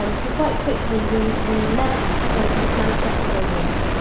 um so quite quickly we we left the kind of manifesto route.